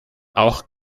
auch